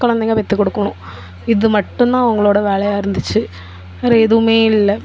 குழந்தைங்க பெற்று கொடுக்கோணும் இது மட்டும்தான் அவங்களோட வேலையாக இருந்துச்சு வேறு எதுவுமே இல்லை